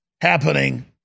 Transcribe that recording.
happening